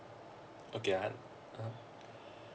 okay I un~ (uh huh)